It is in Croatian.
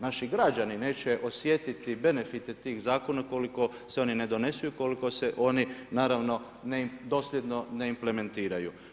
Naši građani neće osjetiti benefite tih zakona ukoliko se oni ne donesu i ukoliko se oni naravno dosljedno ne implementiraju.